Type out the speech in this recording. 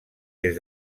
des